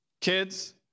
Kids